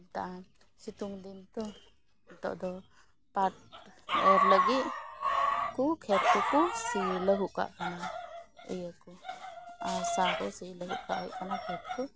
ᱱᱮᱛᱟᱨ ᱥᱤᱛᱩᱝ ᱫᱤᱱ ᱛᱚ ᱱᱤᱛᱳᱜ ᱫᱚ ᱯᱟᱴ ᱮᱨ ᱞᱟᱹᱜᱤᱫ ᱠᱷᱮᱛ ᱠᱚᱠᱚ ᱥᱤ ᱞᱟᱹᱦᱩᱫ ᱠᱟᱜ ᱠᱟᱱᱟ ᱤᱭᱟᱹ ᱠᱚ ᱟᱨ ᱦᱟᱥᱟ ᱠᱚ ᱥᱤ ᱞᱟᱹᱦᱤᱫ ᱠᱟᱜ ᱦᱩᱭᱩᱜ ᱠᱟᱱᱟ ᱠᱷᱮᱛ ᱠᱚ